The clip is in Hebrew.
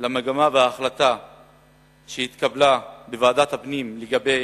למגמה וההחלטה שהתקבלה בוועדת הפנים לגבי